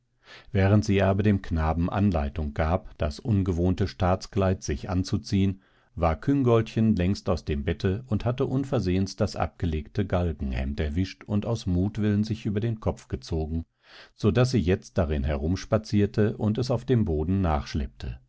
während sie aber dem knaben anleitung gab das ungewohnte staatskleid sich anzuziehen war küngoltchen längst aus dem bette und hatte unversehens das abgelegte galgenhemd erwischt und aus mutwillen sich über den kopf gezogen so daß sie jetzt darin herumspazierte und es auf dem boden